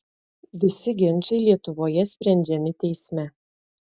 visi ginčai lietuvoje sprendžiami teisme